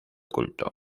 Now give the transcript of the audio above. culto